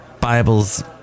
Bible's